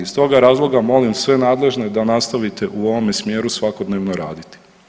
Iz toga razloga molim sve nadležne da nastavite u ovome smjeru svakodnevno raditi.